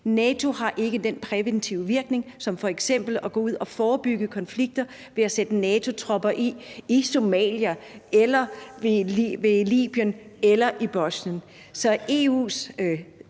NATO har ikke den præventive virkning som f.eks. at gå ud og forebygge konflikter ved at sætte NATO-tropper ind i Somalia, Libyen eller Bosnien.